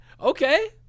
Okay